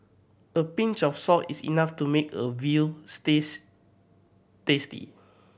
a pinch of salt is enough to make a veal stews tasty